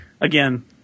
again